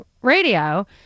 radio